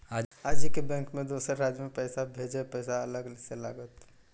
आजे के बैंक मे दोसर राज्य मे पैसा भेजबऽ पैसा अलग से लागत?